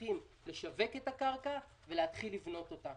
צריכים לשווק את הקרקע ולהתחיל לבנות אותה.